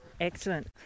Excellent